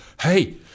Hey